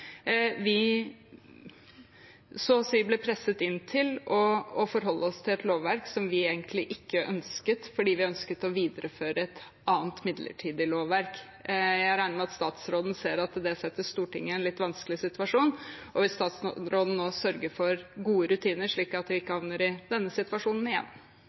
så å si ble presset til å forholde oss til et lovverk som vi egentlig ikke ønsket, for vi ønsket å videreføre et annet, midlertidig lovverk. Jeg regner med at statsråden ser at det setter Stortinget i en litt vanskelig situasjon. Vil statsråden nå sørge for gode rutiner, slik at vi ikke havner i denne situasjonen igjen?